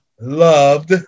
loved